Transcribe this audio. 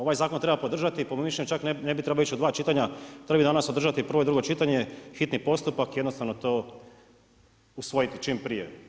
Ovaj zakon treba podržati i po mom mišljenju čak ne bi trebao ići u dva čitanja, … održati prvo i drugo čitanje, hitni postupak jednostavno to usvojiti to čim prije.